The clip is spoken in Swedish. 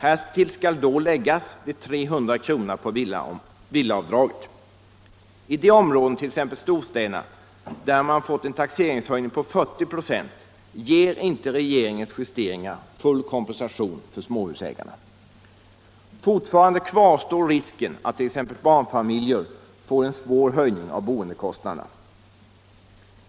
Härtill skall då läggas de 300 kronorna på villaavdraget. I de områden, t.ex. storstäderna, där man fått en taxeringshöjning på 40 96 ger inte regeringens justeringar full kompensation för småhusägarna. Fortfarande kvarstår risken att t.ex. barnfamiljer får en svår höjning av boendekostnaderna.